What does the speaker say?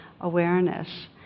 awareness